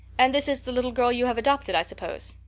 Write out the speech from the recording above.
and this is the little girl you have adopted, i suppose?